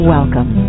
Welcome